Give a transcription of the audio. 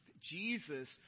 Jesus